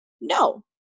No